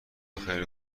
خیلی